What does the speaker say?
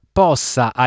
possa